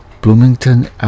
Bloomington